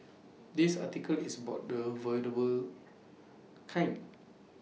this article is about the avoidable kind